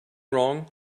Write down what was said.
wrong